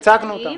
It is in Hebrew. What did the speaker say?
הצגנו אותם.